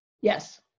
Yes